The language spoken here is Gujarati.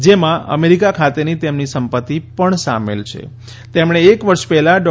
જેમાં અમેરિકા ખાતે તેમની સંપત્તિ પણ શામેલ છે તેમણે એક વર્ષ પહેલા ડો